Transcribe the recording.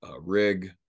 rig